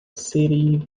city